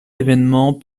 événement